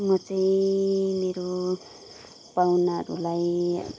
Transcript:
म चाहिँ मेरो पाहुनाहरूलाई